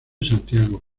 santiago